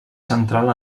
central